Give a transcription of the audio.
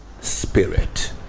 spirit